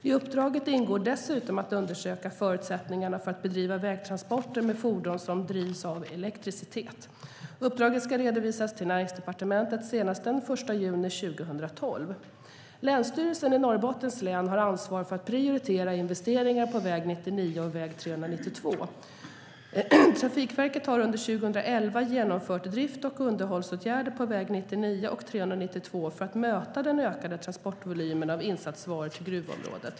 I uppdraget ingår dessutom att undersöka förutsättningarna för att bedriva vägtransporter med fordon som drivs av elektricitet. Uppdraget ska redovisas till Näringsdepartementet senast den 1 juni 2012. Länsstyrelsen i Norrbottens län har ansvar för att prioritera investeringar på väg 99 och väg 392. Trafikverket har under 2011 genomfört drift och underhållsåtgärder på väg 99 och 392 för att möta den ökade transportvolymen av insatsvaror till gruvområdet.